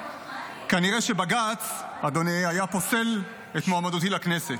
כנראה שבג"ץ, אדוני, היה פוסל את מועמדותי לכנסת.